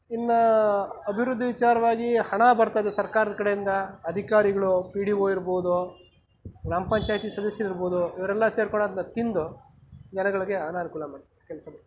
ಇನ್ನು ಅಭಿವೃದ್ಧಿ ವಿಚಾರವಾಗಿ ಹಣ ಬರ್ತದೆ ಸರ್ಕಾರದ ಕಡೆಯಿಂದ ಅಧಿಕಾರಿಗಳು ಪಿ ಡಿ ಒ ಇರ್ಬೋದು ಗ್ರಾಮ ಪಂಚಾಯಿತಿ ಸದಸ್ಯರಿರ್ಬೋದು ಇವರೆಲ್ಲ ಸೇರ್ಕೊಂಡು ಅದನ್ನ ತಿಂದು ಜನಗಳಿಗೆ ಅನಾನುಕೂಲ ಮಾ ಕೆಲಸ